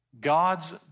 God's